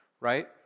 right